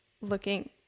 looking –